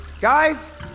Guys